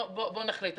בוא נחליט.